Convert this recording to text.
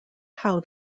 how